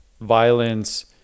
violence